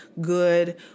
good